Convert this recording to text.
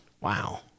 Wow